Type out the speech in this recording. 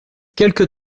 quelque